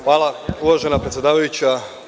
Hvala uvažena predsedavajuća.